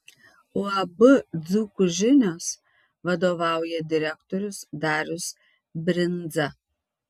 uab dzūkų žinios vadovauja direktorius darius brindza